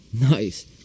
Nice